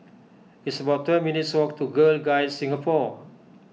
it's about twelve minutes' walk to Girl Guides Singapore